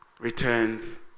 returns